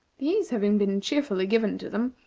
these, having been cheerfully given to them,